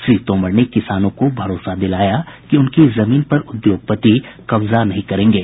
श्री तोमर ने किसानों को भरोसा दिलाया कि उनकी जमीन पर उद्योगपति कब्जा नहीं करेंगे